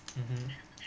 mmhmm